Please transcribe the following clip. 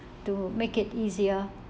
to make it easier